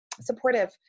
supportive